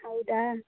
ಹೌದಾ